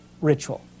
ritual